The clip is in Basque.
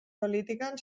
politikan